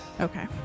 Okay